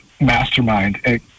mastermind